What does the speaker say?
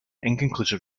inconclusive